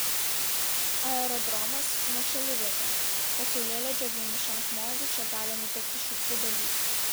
aerodromas nuošali vieta po saulėlydžio vienišam žmogui čia gali nutikti šiurpių dalykų